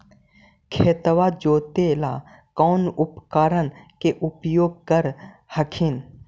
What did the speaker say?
खेतबा जोते ला कौन उपकरण के उपयोग कर हखिन?